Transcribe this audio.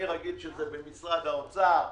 אני רגיל שזה במשרד האוצר.